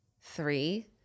three